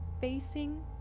facing